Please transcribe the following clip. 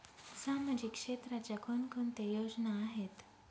सामाजिक क्षेत्राच्या कोणकोणत्या योजना आहेत?